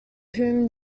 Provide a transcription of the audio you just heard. whom